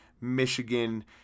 Michigan